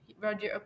roger